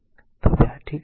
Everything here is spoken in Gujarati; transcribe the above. તો આ હવે ઠીક છે